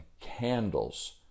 candles